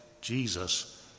Jesus